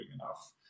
enough